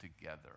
together